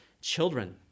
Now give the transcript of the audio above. children